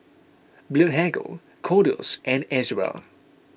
Blephagel Kordel's and Ezerra